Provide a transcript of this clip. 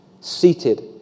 Seated